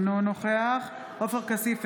אינו נוכח עופר כסיף,